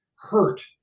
hurt